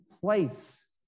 place